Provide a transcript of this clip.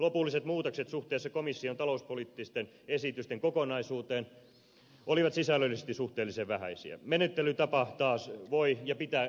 lopulliset muutokset suhteessa komission talouspoliittisten esitysten kokonaisuuteen olivat sisällöllisesti suhteellisen vähäisiä menettelytapaa taas voi ja pitää